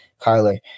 Kyler